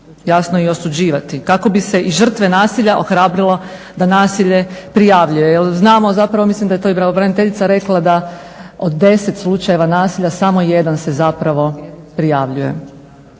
jasno i osuđivati, kako bi se i žrtve nasilja ohrabrilo da nasilje prijavljuju. Jer znamo zapravo, mislim da je to i pravobraniteljica rekla, da od 10 slučajeva nasilja samo jedan se zapravo prijavljuje.